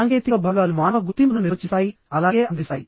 సాంకేతిక భాగాలు మానవ గుర్తింపును నిర్వచిస్తాయి అలాగే అందిస్తాయి